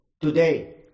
today